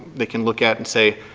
they can look at and say,